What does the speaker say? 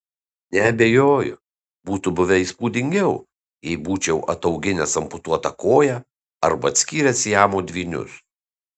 neabejoju būtų buvę įspūdingiau jei būčiau atauginęs amputuotą koją arba atskyręs siamo dvynius